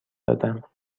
دادم